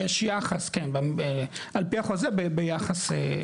יש יחס, כן, על פי החוזה, ביחס.